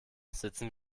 sitzen